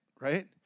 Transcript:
Right